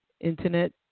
Internet